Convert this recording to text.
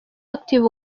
active